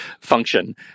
function